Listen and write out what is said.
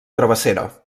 travessera